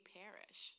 perish